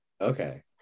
Okay